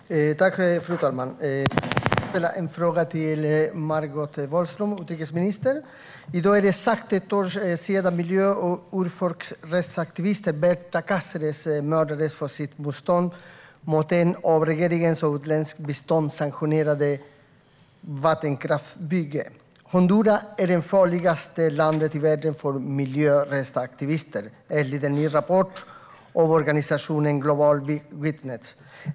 Fru talman! Jag vill ställa en fråga till utrikesminister Margot Wallström. I dag är det exakt ett år sedan miljö och urfolksrättsaktivisten Berta Cáceres mördades för sitt motstånd mot det av regeringen och utländskt bistånd sanktionerade vattenkraftsbygget. Honduras är det farligaste landet i världen för miljörättsaktivister, enligt en ny rapport från organisationen Global Witness.